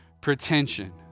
pretension